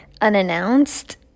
unannounced